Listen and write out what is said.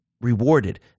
rewarded